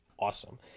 awesome